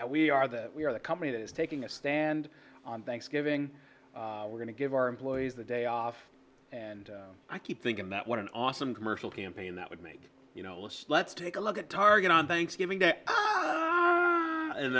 we are that we are the company that is taking a stand on thanksgiving we're going to give our employees a day off and i keep thinking that what an awesome commercial campaign that would make let's let's take a look at target on thanksgiving day and